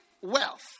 wealth